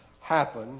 happen